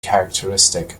characteristic